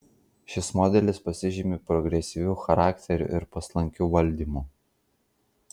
šis modelis pasižymi progresyviu charakteriu ir paslankiu valdymu